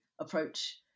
approach